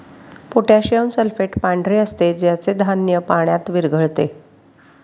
potassium sulphate पांढरे असते ज्याचे धान्य पाण्यात विरघळते